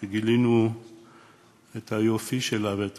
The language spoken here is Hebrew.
וגילינו את היופי שלה ואת